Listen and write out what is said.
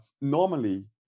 normally